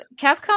Capcom